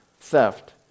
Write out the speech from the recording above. theft